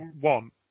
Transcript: one